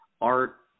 art